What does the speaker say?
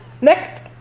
Next